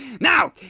Now